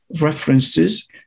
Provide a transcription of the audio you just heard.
references